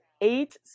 eight